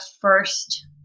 first